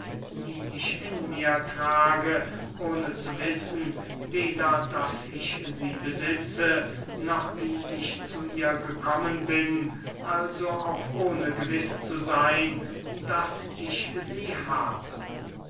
die ich in mir trage ohne zu wissen weder daß ich sie besitze noch wie ich zu ihr gekommen bin also auch ohne gewiß zu seyn daß ich sie habe